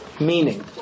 Meaning